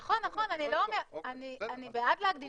נכון, נכון, אני בעד להגדיל את הבדיקות.